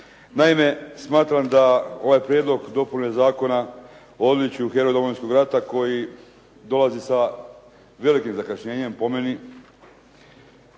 Naime, smatram da ovaj prijedlog dopune zakona o odličju Domovinskog rata koji dolazi sa velikim zakašnjenjem po meni,